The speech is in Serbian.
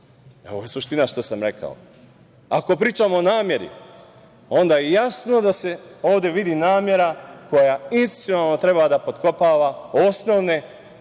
je ovo što sam rekao. Ako pričamo o nameri, onda je jasno da se ovde vidi namera koja institucionalno treba da potkopava osnovne